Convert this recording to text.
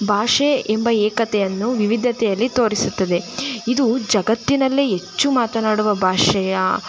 ಭಾಷೆ ಎಂಬ ಏಕತೆಯನ್ನು ವಿವಿಧತೆಯಲ್ಲಿ ತೋರಿಸುತ್ತದೆ ಇದು ಜಗತ್ತಿನಲ್ಲಿ ಹೆಚ್ಚು ಮಾತನಾಡುವ ಭಾಷೆಯ